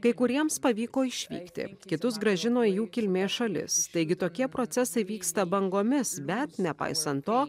kai kuriems pavyko išvykti kitus grąžino į jų kilmės šalis taigi tokie procesai vyksta bangomis bet nepaisant to